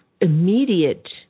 immediate